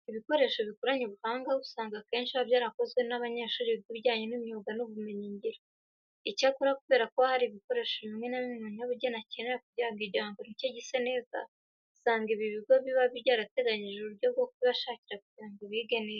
Ibikoresho bikoranye ubuhanga usanga akenshi biba byarakozwe n'abanyeshuri biga ibijyanye n'imyuga n'ubumenyingiro. Icyakora kubera ko hari ibikoresho bimwe na bimwe umunyabugeni akenera kugira ngo igihangano cye gise neza, usanga ibi bigo biba byarateganyije uburyo bwo kubibashakira kugira ngo bige neza.